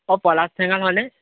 অঁ পলাশ ঠেঙাল হয়নে